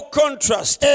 contrast